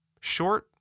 short